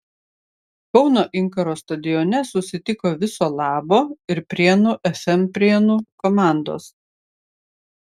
kauno inkaro stadione susitiko viso labo ir prienų fm prienų komandos